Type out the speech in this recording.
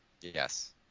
Yes